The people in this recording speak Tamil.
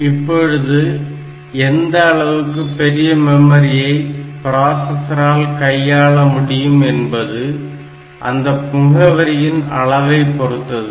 இப்பொழுது எந்த அளவுக்கு பெரிய மெமரியை பிராசஸரால் கையாள முடியும் என்பது அந்த முகவரியின் அளவைப் பொறுத்தது